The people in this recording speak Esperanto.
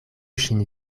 ŝin